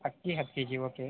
ಅಕ್ಕಿ ಹತ್ತು K G okay